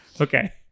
Okay